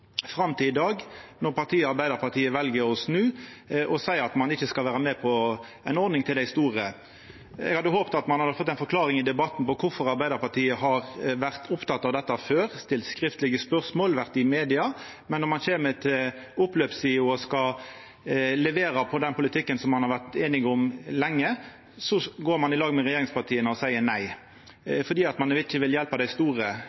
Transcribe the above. fram til i dag, når partiet Arbeidarpartiet vel å snu og seier at ein ikkje skal vera med på ei ordning for dei store. Eg hadde håpt at ein hadde fått ei forklaring i debatten på kvifor Arbeidarpartiet har vore oppteke av dette før, stilt skriftlege spørsmål og vore i media, mens når ein kjem til oppløpssida og skal levera på den politikken ein har vore einig om lenge, går ein i lag med regjeringspartia og seier nei fordi ein ikkje vil hjelpa dei store.